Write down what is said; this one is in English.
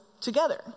together